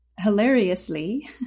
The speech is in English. Hilariously